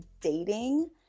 dating